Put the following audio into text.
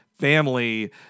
family